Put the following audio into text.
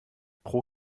pro